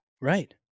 Right